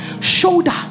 Shoulder